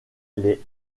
les